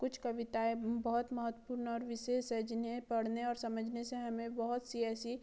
कुछ कविताएँ बहुत महत्वपूर्ण और विशेष है जिन्हें पढ़ने और समझने से हमें बहुत सी ऐसी